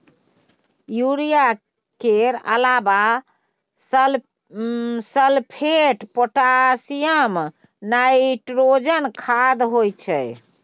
urea केर अलाबा sulphate, potassium, nitrogen खाद होइ छै